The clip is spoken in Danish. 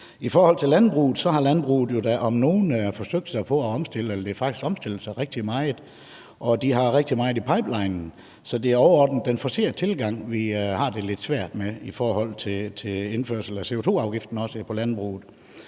I forhold til landbruget har landbruget jo da om nogen forsøgt at omstille sig; de har faktisk omstillet sig rigtig meget, og de har rigtig meget i pipelinen. Så det er overordnet den forcerede tilgang i forhold til indførslen af CO2-afgiften også på landbruget,